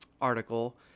article